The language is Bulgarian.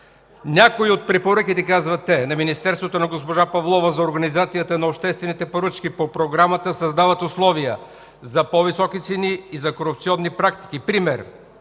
„Някои от препоръките” – казват те, на Министерството на госпожа Павлова за организацията на обществените поръчки по Програмата създават условия за по-високи цени и за корупционни практики”. Пример